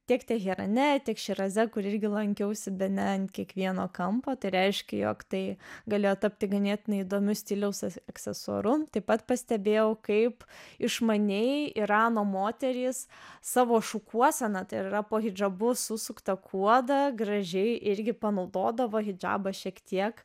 tiek teherane tik širaze kur irgi lankiausi bene ant kiekvieno kampo tai reiškia jog tai galėjo tapti ganėtinai įdomiu stiliaus aksesuaru taip pat pastebėjau kaip išmaniai irano moterys savo šukuoseną tai yra po hidžabu susuktą kuodą gražiai irgi panaudodavo hidžabą šiek tiek